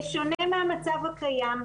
בשונה מהמצב הקיים,